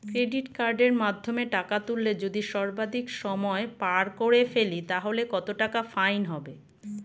Credit কার্ডের মাধ্যমে টাকা তুললে যদি সর্বাধিক সময় পার করে ফেলি তাহলে কত টাকা ফাইন হবে?